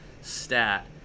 stat